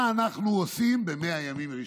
מה אנחנו עושים ב-100 הימים הראשונים?